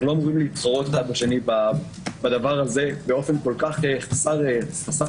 אנחנו לא אמורים להתחרות זה בזה בדבר הזה באופן כל כך חסר כללים.